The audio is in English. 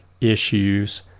issues